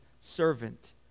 servant